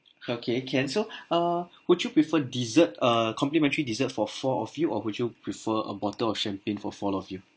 okay can so uh would you prefer dessert a complimentary dessert for four of you or would you prefer a bottle of champagne for four of you